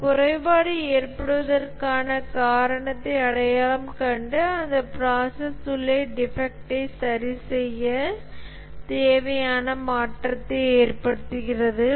இது குறைபாடு ஏற்படுவதற்கான காரணத்தை அடையாளம் கண்டு அந்த ப்ராசஸ் உள்ளே டிஃபெக்ட்டை சரி செய்ய தேவையான மாற்றத்தை ஏற்படுத்துகிறது